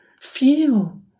Feel